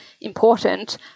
important